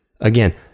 again